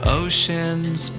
oceans